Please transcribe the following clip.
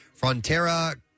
Frontera